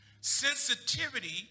sensitivity